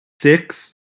six